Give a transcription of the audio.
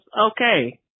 okay